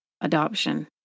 adoption